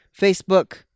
Facebook